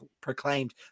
proclaimed